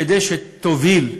כדי שתוביל,